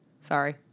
Sorry